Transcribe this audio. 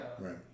right